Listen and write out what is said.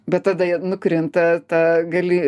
bet tada jie nukrinta ta gali